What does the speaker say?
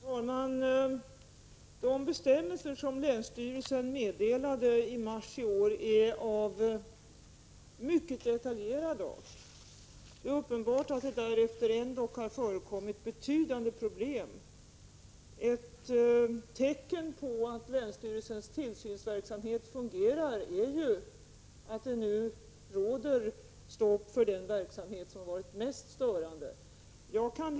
Herr talman! De bestämmelser som länsstyrelsen meddelade i mars i år är av mycket detaljerad art. Det är uppenbart att det därefter ändock förekommit betydande problem. Ett tecken på att länsstyrelsens tillsynsverksamhet fungerar är att det nu råder stopp för den verksamhet som varit mest störande.